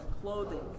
Clothing